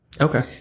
Okay